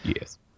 Yes